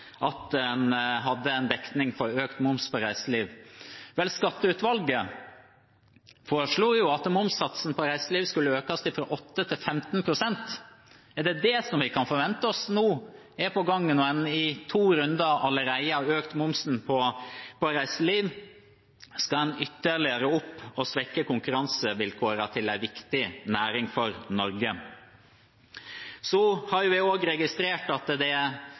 at en hadde dekning for økt moms på reiseliv. Skatteutvalget foreslo at momssatsen på reiselivet skulle økes fra 8 pst. til 15 pst. Er det det vi kan forvente oss er på gang nå, når en i to runder allerede har økt momsen på reiseliv? Skal den ytterligere opp og svekke konkurransevilkårene for en viktig næring for Norge? Jeg har også registrert at